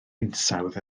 hinsawdd